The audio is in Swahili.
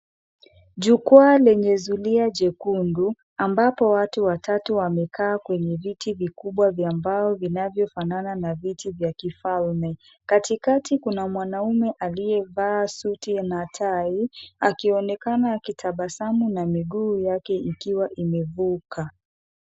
Jukwaa lenye zulia jekundu, ambapo watu watatu wamekaa kwenye viti vikubwa vya mbao vinavyofanana na viti vya kifalme. Katikati kuna mwanaume aliyevaa suti na tai, akionekana akitabasamu na miguu yake ikiwa imevuka.